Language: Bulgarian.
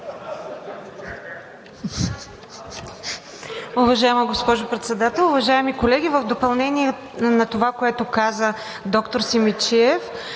Уважаема госпожо Председател, уважаеми колеги! В допълнение на това, което каза доктор Симидчиев.